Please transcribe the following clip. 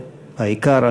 והעיקר,